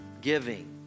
giving